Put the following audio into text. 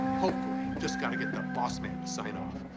hopefully. just got to get the boss man to sign off.